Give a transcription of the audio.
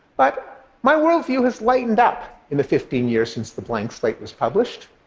but my worldview has lightened up in the fifteen years since the blank slate was published.